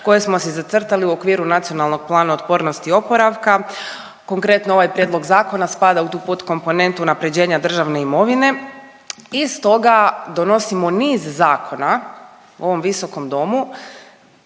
koje smo si zacrtali u okviru Nacionalnog programa otpornosti i oporavka. Konkretno ovaj prijedlog zakona spada u podkomponentu unaprjeđenja državne imovine i stoga donosimo niz zakona u ovom visokom domu